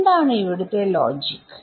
എന്താണ് ഇവിടുത്തെ ലോജിക്